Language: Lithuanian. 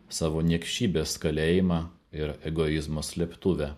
savo niekšybės kalėjimą ir egoizmo slėptuvę